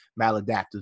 maladaptive